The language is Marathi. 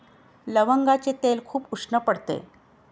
लवंगाचे तेल खूप उष्ण पडते